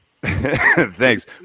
thanks